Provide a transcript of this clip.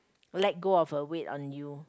let go of her weight on you